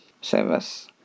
service